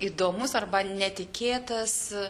įdomus arba netikėtas